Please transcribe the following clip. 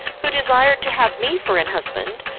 who desired to have me for an husband,